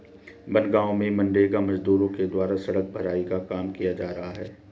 बनगाँव में मनरेगा मजदूरों के द्वारा सड़क भराई का काम किया जा रहा है